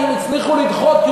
אם הצליחו לדחות,